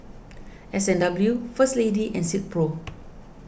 S and W First Lady and Silkpro